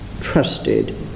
trusted